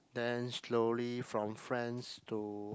then slowly from friends to